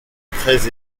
très